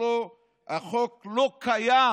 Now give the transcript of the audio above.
אצלו החוק לא קיים